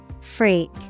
Freak